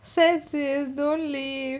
sad sis don't leave